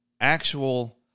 actual